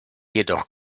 jedoch